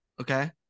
Okay